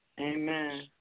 Amen